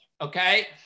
Okay